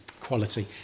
quality